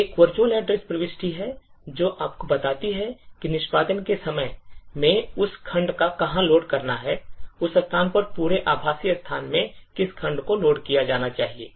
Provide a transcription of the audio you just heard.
एक virtual address प्रविष्टि है जो आपको बताती है कि निष्पादन के समय में उस खंड को कहां लोड करना है उस स्थान पर पूरे आभासी स्थान में किस खंड को लोड किया जाना चाहिए